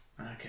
Okay